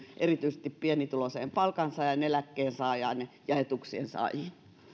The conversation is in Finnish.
erityisesti pienituloiseen palkansaajaan eläkkeensaajaan ja etuuksien saajiin